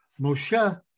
Moshe